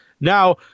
now